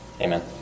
Amen